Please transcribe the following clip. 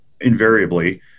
invariably